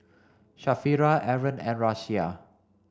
Sharifah Aaron and Raisya